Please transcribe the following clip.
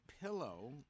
pillow